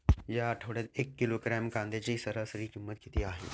या आठवड्यात एक किलोग्रॅम कांद्याची सरासरी किंमत किती आहे?